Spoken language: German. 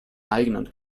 eigenen